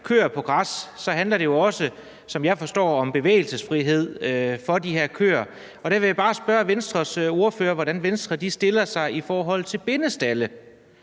køer på græs, handler det jo også, som jeg forstår det, om bevægelsesfrihed for de her køer. Og der vil jeg bare spørge Venstres ordfører, hvordan Venstre stiller sig i forhold til bindestalde,